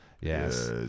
Yes